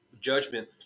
judgment